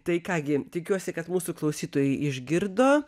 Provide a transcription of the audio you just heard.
tai ką gi tikiuosi kad mūsų klausytojai išgirdo